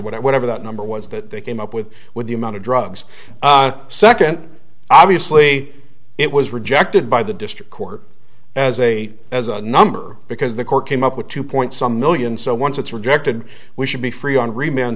whatever that number was that they came up with with the amount of drugs second obviously it was rejected by the district court as a as a number because the court came up with two point some million so once it's rejected we should be free